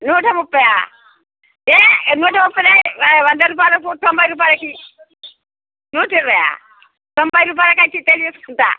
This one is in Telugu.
నూట ముప్పై ఏయ్ నూట ముప్పై లేదు వంద రూపాయలకు తొంభై రూపాయలకు నూట ఇరవైయా తొంభై రూపాయాలకు అయితే ఇస్తే తీసుకుంటాను